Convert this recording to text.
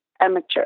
amateur